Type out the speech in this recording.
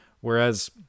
Whereas